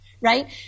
right